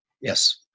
Yes